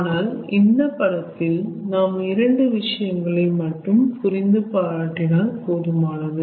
ஆனால் இந்த படத்தில் நாம் இந்த இரண்டு விஷயங்களை மட்டும் புரிந்து பாராட்டினால் போதுமானது